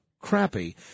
crappy